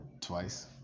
twice